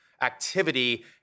activity